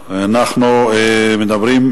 מקל על השר.